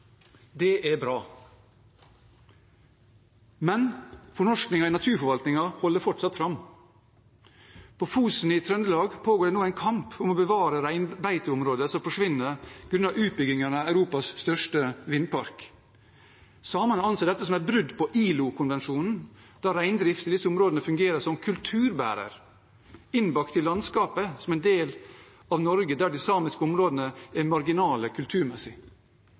Det er bra. Men fornorskingen i naturforvaltningen holder fortsatt fram. På Fosen i Trøndelag pågår det nå en kamp om å bevare reinbeiteområder som forsvinner på grunn av utbyggingen av Europas største vindpark. Samene anser dette som et brudd på ILO-konvensjonen, da reindrift i disse områdene fungerer som kulturbærer, innbakt i landskapet som en del av Norge der de samiske områdene er marginale kulturmessig.